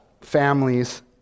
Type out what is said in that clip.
families